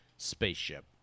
Spaceship